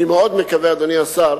אני מאוד מקווה, אדוני השר,